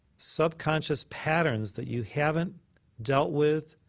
subconscious patterns that you haven't dealt with,